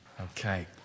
Okay